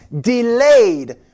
delayed